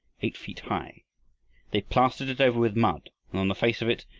eight feet high they plastered it over with mud, and on the face of it,